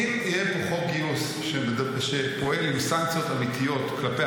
אם יהיה פה חוק גיוס שפועל עם סנקציות אמיתיות כלפי